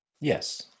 Yes